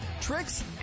tricks